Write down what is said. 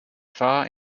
far